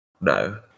no